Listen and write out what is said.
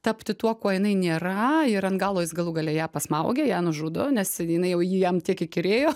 tapti tuo kuo jinai nėra ir ant galo jis galų gale ją pasmaugia ją nužudo nes jinai jau jį jam tiek įkyrėjo